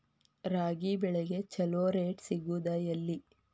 ರಾಗಿ ಬೆಳೆಗೆ ಛಲೋ ರೇಟ್ ಸಿಗುದ ಎಲ್ಲಿ?